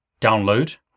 download